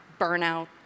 burnout